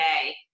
today